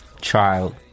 child